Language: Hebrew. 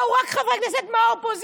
באו רק חברי כנסת מהאופוזיציה,